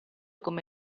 come